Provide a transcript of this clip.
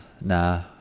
Nah